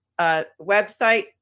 Website